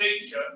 teacher